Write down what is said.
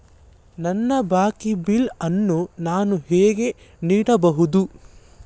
ನನ್ನ ಬಾಕಿ ಬಿಲ್ ಅನ್ನು ನಾನು ಹೇಗೆ ನೋಡಬಹುದು?